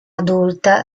adulta